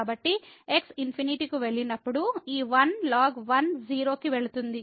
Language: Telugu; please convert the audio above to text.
కాబట్టి x ∞ కు వెళ్ళినప్పుడు ఈ 1 ln 1 0 కి వెళుతుంది